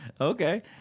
Okay